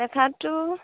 লেখাটো